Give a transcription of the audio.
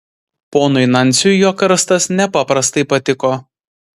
ponui nansiui jo karstas nepaprastai patiko